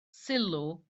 sylw